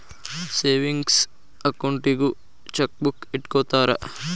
savings ಅಕೌಂಟಿಗೂ chequebook ಇಟ್ಟ್ಕೊತ್ತರ